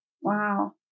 Wow